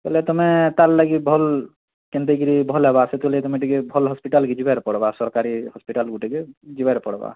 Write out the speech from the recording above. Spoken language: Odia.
ବେଲେ ତୁମେ ତା'ର ଲାଗି ଭଲ କେମତି କିରି ଭଲ ହେବା ସେଥିଲାଗି ତମେ ଟିକେ ଭଲ ହସ୍ପିଟାଲ୍ ଯିବାକେ ପଡ଼ବା ସରକାରୀ ହସ୍ପିଟାଲକୁ ଟିକେ ଯିବାକେ ପଡ଼ବା